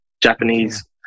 Japanese